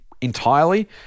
entirely